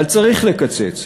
אבל צריך לקצץ.